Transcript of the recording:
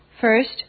First